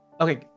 Okay